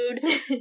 food